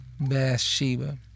Bathsheba